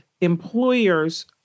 employers